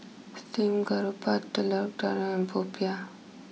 Steamed Garoupa Telur Dadah and Popiah